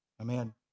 Amen